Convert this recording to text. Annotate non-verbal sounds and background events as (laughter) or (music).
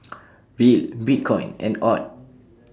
(noise) Riel Bitcoin and Aud